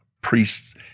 priests